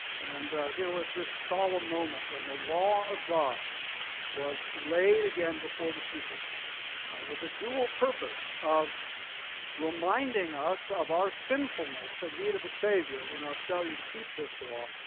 and here was this solemn moment when the law of god was laid again before the people with a dual purpose of reminding us of our sinfulness and need of a savior in our failure to keep this law,